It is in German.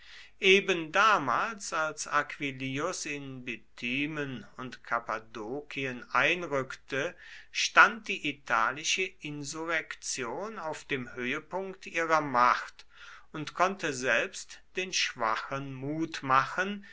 eben damals als aquillius in bithymen und kappadokien einrückte stand die italische insurrektion auf dem höhepunkt ihrer macht und konnte selbst den schwachen mut machen